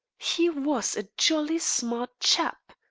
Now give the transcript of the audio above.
he was a jolly smart chap,